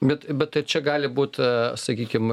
bet bet tai čia gali būt sakykim